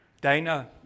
Dana